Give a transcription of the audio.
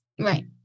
right